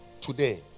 today